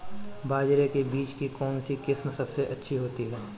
बाजरे के बीज की कौनसी किस्म सबसे अच्छी होती है?